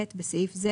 מיגון (ב) בסעיף זה